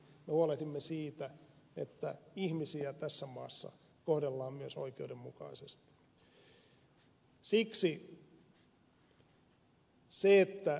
me huolehdimme siitä että ihmisiä tässä maassa kohdellaan myös oikeudenmukaisesti